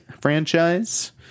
franchise